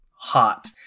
Hot